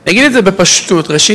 אני אגיד את זה בפשטות: ראשית,